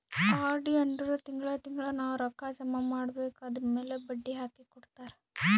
RD ಅಂದುರ್ ತಿಂಗಳಾ ತಿಂಗಳಾ ನಾವ್ ರೊಕ್ಕಾ ಜಮಾ ಮಾಡ್ಬೇಕ್ ಅದುರ್ಮ್ಯಾಲ್ ಬಡ್ಡಿ ಹಾಕಿ ಕೊಡ್ತಾರ್